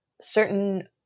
certain